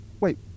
wait